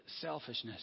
selfishness